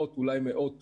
האם ישנה התקדמות